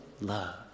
Love